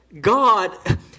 God